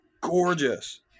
gorgeous